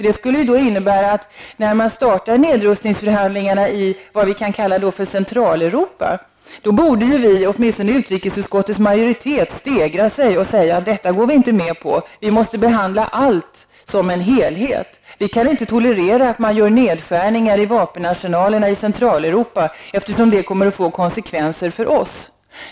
Det skulle innebära att när man startar nedrustningsförhandlingarna i vad vi kan kalla Centraleuropa, borde åtminstone utrikesutskottets majoritet stegra sig och säga: Detta går vi inte med på, vi måste behandla allt som en helhet. Vi kan inte tolerera att man gör nedskärningar i vapenarsenalerna i Centraleuropa, eftersom det kommer att få konsekvenser för oss.